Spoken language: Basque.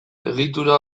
egitura